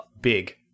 big